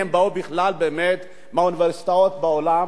באו בכלל באמת מהאוניברסיטאות בעולם.